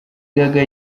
gaga